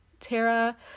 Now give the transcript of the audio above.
Tara